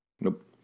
nope